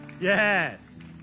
Yes